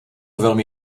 velmi